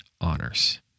honors